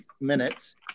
minutes